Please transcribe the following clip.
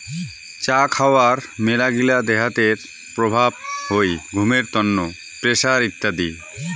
চা খাওয়ার মেলাগিলা দেহাতের প্রভাব হই ঘুমের তন্ন, প্রেসার ইত্যাদি